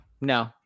no